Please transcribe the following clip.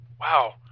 Wow